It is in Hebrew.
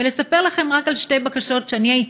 ולספר לכם רק על שתי בקשות שאני הייתי